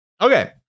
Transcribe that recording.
Okay